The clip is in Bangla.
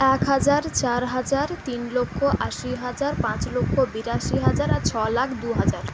এক হাজার চার হাজার তিন লক্ষ আশি হাজার পাঁচ লক্ষ বিরাশি হাজার আর ছ লাখ দু হাজার